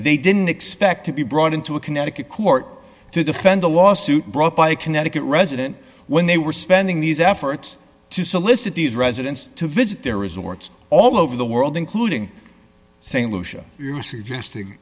they didn't expect to be brought into a connecticut court to defend a lawsuit brought by a connecticut resident when they were spending these efforts to solicit these residents to visit their resorts all over the world including st lucia you're suggesting